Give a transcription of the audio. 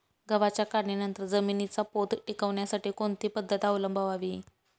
गव्हाच्या काढणीनंतर जमिनीचा पोत टिकवण्यासाठी कोणती पद्धत अवलंबवावी?